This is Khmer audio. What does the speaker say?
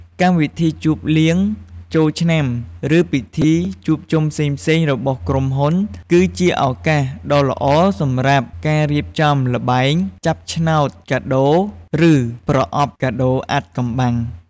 កម្មវិធីជប់លៀងចុងឆ្នាំ ឬពិធីជួបជុំផ្សេងៗរបស់ក្រុមហ៊ុន គឺជាឱកាសដ៏ល្អសម្រាប់ការរៀបចំ ល្បែងចាប់ឆ្នោតកាដូរ ឬ ប្រអប់កាដូរអាថ៌កំបាំង។